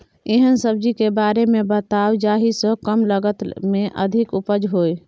एहन सब्जी के बारे मे बताऊ जाहि सॅ कम लागत मे अधिक उपज होय?